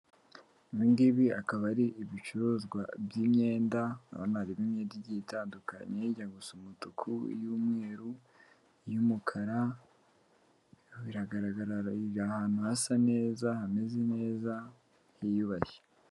Ibingibi akaba ari ibicuruzwa by'imyenda, hano harimo imyenda igye itandukanye ijya gusa umutuku, iy'umweru, iy'umukara, biragaragarira ahantu hasa neza hameze neza hiyubashye.